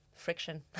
friction